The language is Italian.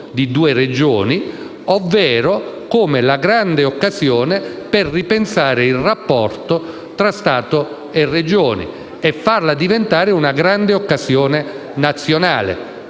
di due Regioni, ovvero come la grande occasione per ripensare il rapporto tra Stato e Regioni, facendola fare diventare una grande occasione nazionale.